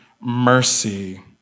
mercy